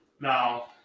Now